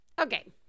Okay